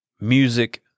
music